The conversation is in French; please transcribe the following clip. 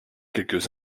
quelques